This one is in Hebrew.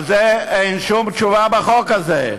על זה אין שום תשובה בחוק הזה.